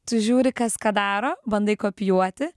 tu žiūri kas ką daro bandai kopijuoti